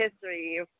history